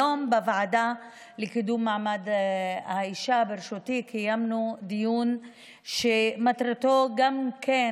היום בוועדה לקידום מעמד האישה בראשותי קיימנו דיון שמטרתו גם כן